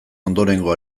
ondorengo